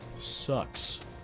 sucks